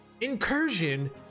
incursion